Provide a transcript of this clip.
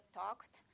talked